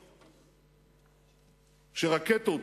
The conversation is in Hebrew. שרקטות,